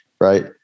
right